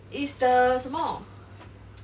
is the 什么